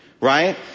right